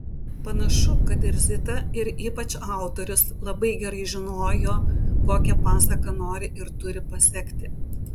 panašu kad ir zita ir ypač autorius labai gerai žinojo kokią pasaką nori ir turi pasekti